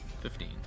Fifteen